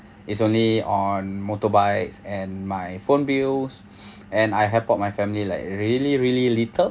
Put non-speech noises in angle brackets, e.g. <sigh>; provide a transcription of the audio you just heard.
is only on motorbikes and my phone bills <breath> and I help out my family like really really little